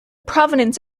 provenance